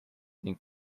ning